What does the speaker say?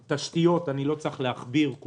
תשתיות אני לא צריך להכביר מילים.